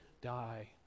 die